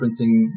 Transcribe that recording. referencing